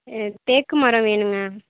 தேக்கு மரம் வேணுங்க